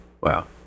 wow